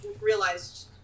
realized